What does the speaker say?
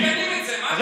מגנים את זה, מה הקשר?